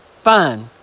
fine